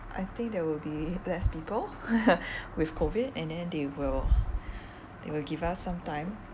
I think there will be less people with COVID and then they will they will give us some time